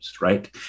right